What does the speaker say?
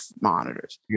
monitors